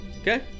okay